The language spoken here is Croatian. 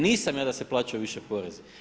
Nisam ja da se plaćaju više porezi.